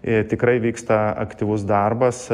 ir tikrai vyksta aktyvus darbas